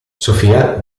sofia